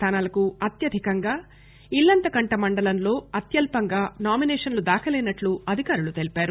స్థానాలకు అత్యధికంగా ఇల్లంతకంట మండలంలో అత్యల్సంగా నామిసేషన్లు దాఖలయినట్లు అధికారులు తెలిపారు